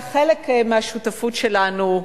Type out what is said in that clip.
כחלק מהשותפות שלנו,